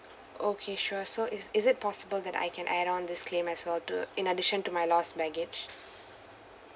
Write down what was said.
okay sure so is is it possible that I can add on this claim as well to in addition to my lost baggage